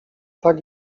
tak